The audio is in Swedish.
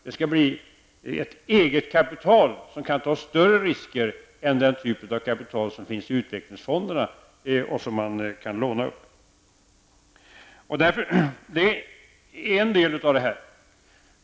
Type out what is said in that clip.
Det skall bli fråga om ett eget kapital som kan ta större risker än den typ av kapital som finns i utvecklingsfonderna och som man kan låna upp. Detta är en del av frågan.